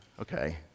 okay